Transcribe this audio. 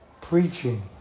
preaching